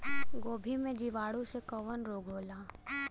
गोभी में जीवाणु से कवन रोग होला?